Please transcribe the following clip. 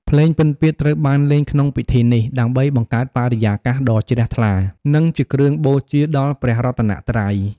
ភ្លេងពិណពាទ្យត្រូវបានលេងក្នុងពិធីនេះ ដើម្បីបង្កើតបរិយាកាសដ៏ជ្រះថ្លា និងជាគ្រឿងបូជាដល់ព្រះរតនត្រ័យ។